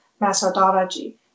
methodology